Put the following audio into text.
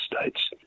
states